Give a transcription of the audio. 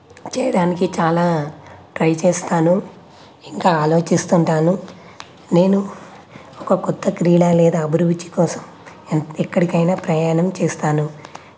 చేయడానికి చాలా ట్రై చేస్తాను ఇంకా ఆలోచిస్తుంటాను నేను ఒక కొత్త క్రీడా లేదా అభిరుచి కోసం ఎక్కడికైనా ప్రయాణం చేస్తాను